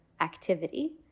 activity